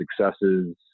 successes